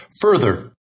Further